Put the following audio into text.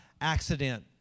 accident